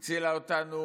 היא הצילה אותנו.